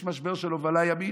יש משבר של הובלה ימית.